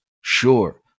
Sure